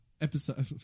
Episode